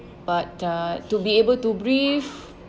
but uh to be able to breathe